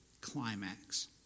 climax